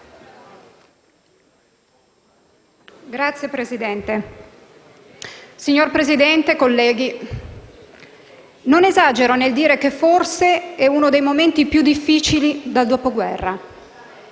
*(Misto-Ipl)*. Signor Presidente, colleghi, non esagero nel dire che forse è uno dei momenti più difficili dal dopoguerra.